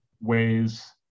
ways